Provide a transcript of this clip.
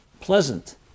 pleasant